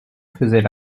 faisaient